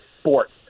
sport